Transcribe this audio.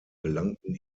gelangten